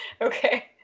Okay